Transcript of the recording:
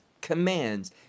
commands